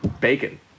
Bacon